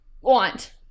want